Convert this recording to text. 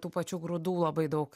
tų pačių grūdų labai daug